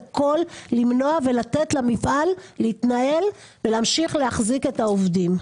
לעשות את הכל כדי לתת למפעל להמשיך להתנהל ולהחזיק את העובדים.